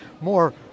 more